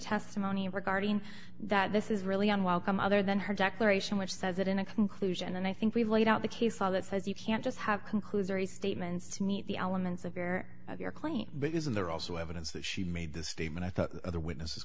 testimony regarding that this is really unwelcome other than her declaration which says it in a conclusion and i think we've laid out the case law that says you can't just have conclusory statements to meet the elements of your of your claim but isn't there also evidence that she made the statement i thought other witnesses